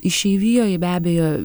išeivijoj be abejo